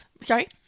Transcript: Sorry